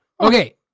Okay